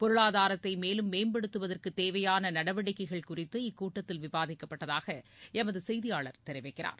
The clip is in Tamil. பொருளாதாரத்தை மேலும் மேம்படுத்துவதற்கு தேவையான நடவடிக்கைகள் குறித்து இக்கூட்டத்தில் விவாதிக்கப்பட்டதாக எமது செய்தியாளர் தெரிவிக்கிறார்